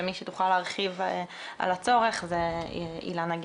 מי שתוכל להרחיב על הצורך זה, אילנה גנס.